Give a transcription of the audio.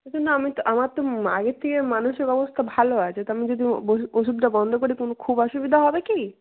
কিন্তু না আমি তো আমার তো আগের থেকে মানসিক অবস্থা ভালো আছে তা আমি যদি ওষুধটা বন্ধ করি কোনও খুব অসুবিধা হবে কি